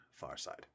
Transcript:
Farside